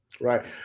Right